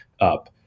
up